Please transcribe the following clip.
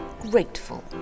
grateful